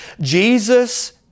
Jesus